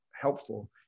helpful